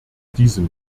diesem